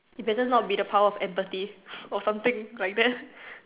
it better not be the power of empathy or something like that